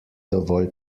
dovolj